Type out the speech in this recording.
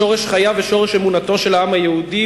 שורש חייו ושורש אמונתו של העם היהודי,